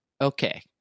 Okay